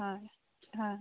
হয় হয়